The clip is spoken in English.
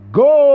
go